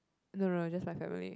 no no no just my family